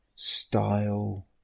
style